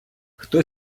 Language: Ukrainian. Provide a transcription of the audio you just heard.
хто